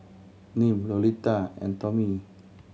Nim Lolita and Tomie